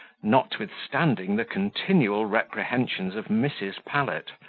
notwithstanding the continual reprehensions of mrs. pallet,